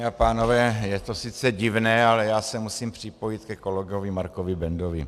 Paní a pánové, je to sice divné, ale já se musím připojit ke kolegovi Markovi Bendovi.